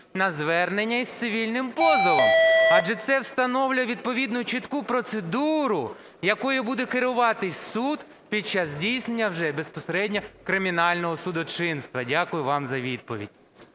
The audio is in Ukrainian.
на звернення із цивільним позовом, адже встановлює відповідну чітку процедуру, якою буде керуватися суд під час здійснення вже безпосередньо кримінального судочинства. Дякую вам за відповідь.